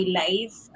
life